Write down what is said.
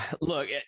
Look